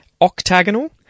octagonal